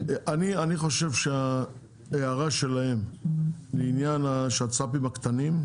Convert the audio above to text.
אני חושב שההערה שלהם לעניין השצ"פים הקטנים,